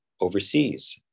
overseas